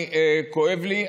כואב לי.